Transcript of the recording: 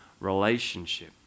relationship